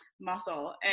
muscle